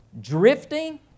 Drifting